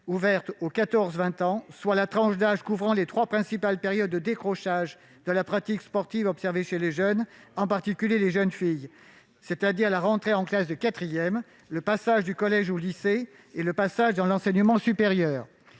ouvert aux 14-20 ans, soit la tranche d'âge couvrant les trois principales périodes de décrochage de la pratique sportive observées chez les jeunes, en particulier les jeunes filles : l'entrée en classe de quatrième, le passage du collège au lycée et le passage dans l'enseignement supérieur.